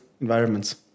environments